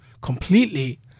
completely